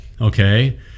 Okay